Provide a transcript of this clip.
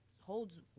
holds